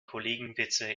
kollegenwitze